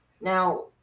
Now